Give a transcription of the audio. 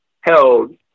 held